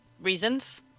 reasons